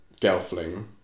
Gelfling